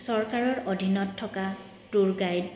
চৰকাৰৰ অধীনত থকা টুৰ গাইড